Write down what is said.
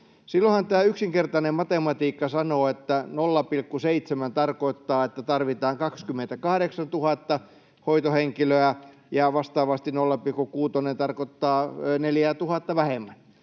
Silloinhan yksinkertainen matematiikka sanoo, että 0,7 tarkoittaa, että tarvitaan 28 000 hoitohenkilöä, ja vastaavasti 0,6 tarkoittaa 4 000:ta vähemmän,